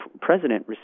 president